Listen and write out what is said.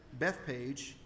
Bethpage